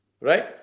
Right